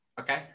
Okay